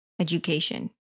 education